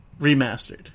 remastered